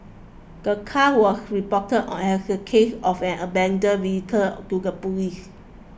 the car was reported as a case of an abandoned vehicle to the police